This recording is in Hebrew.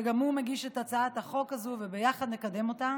שגם הוא מגיש את הצעת החוק הזו, וביחד נקדם אותה.